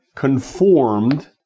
conformed